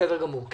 בסדר גמור.